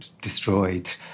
destroyed